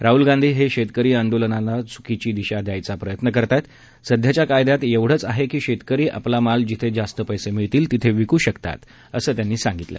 राहूल गांधी हे शेतकरी आंदोलनांना चुकीची दिशा द्यायचा प्रयत्न करत आहेत सध्याच्या कायद्यात एवढंच आहे की शेतकरी आपला माल जिथे जास्त पैसे मिळतील तिथे विकू शकतात असं त्यांनी सांगितलं